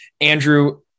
Andrew